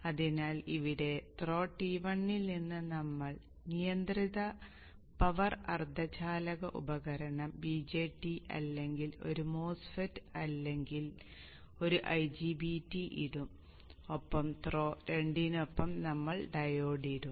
അതിനാൽ ഇവിടെ throw T1 ൽ നമ്മൾ നിയന്ത്രിത പവർ അർദ്ധചാലക ഉപകരണം BJT അല്ലെങ്കിൽ ഒരു MOSFET അല്ലെങ്കിൽ ഒരു IGBT ഇടും ഒപ്പം ത്രോ 2 നൊപ്പം നമ്മൾ ഡയോഡ് ഇടും